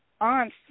Aunt